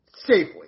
safely